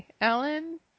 Alan